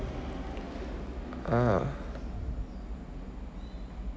ah